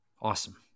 Awesome